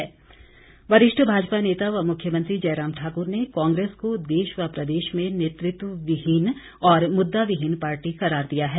मुख्यमंत्री वरिष्ठ भाजपा नेता व मुख्यमंत्री जयराम ठाकुर ने कांग्रेस को देश व प्रदेश में नेतृत्वविहीन और मुद्दाविहीन पार्टी करार दिया है